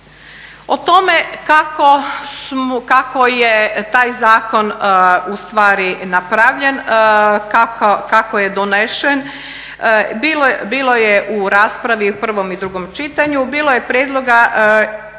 O tome kako je taj zakon napravljen kako je donesen bilo je u raspravi u prvom i drugom čitanju, bilo je prijedloga